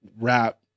rap